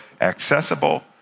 accessible